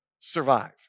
survive